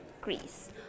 Greece